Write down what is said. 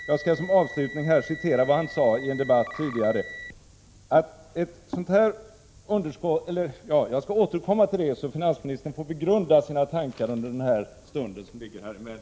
Jag skulle kunna citera vad finansministern har sagt i en tidigare debatt, men jag återkommer till det, så att finansministern får begrunda sina tankar en stund till.